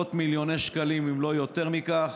עשרות מיליוני שקלים, אם לא יותר מכך.